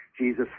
Jesus